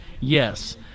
Yes